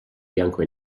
bianco